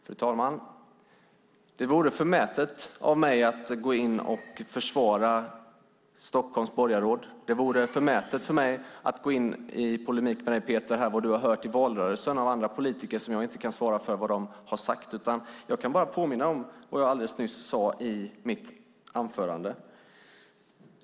Fru talman! Det vore förmätet av mig att försvara Stockholms borgarråd. Det vore förmätet av mig att gå i polemik med vad Peter Johnsson har hört i valrörelsen av andra politiker där jag inte kan svara för vad de har sagt. Jag kan bara påminna om vad jag alldeles nyss sade i mitt anförande.